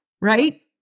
right